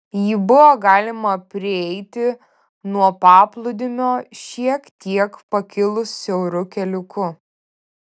jį buvo galima prieiti nuo paplūdimio šiek tiek pakilus siauru keliuku